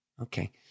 Okay